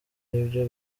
y’ibyo